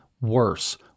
worse